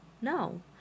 No